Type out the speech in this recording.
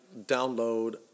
download